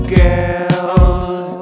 girls